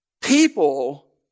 People